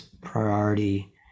priority